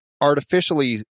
artificially